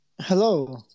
Hello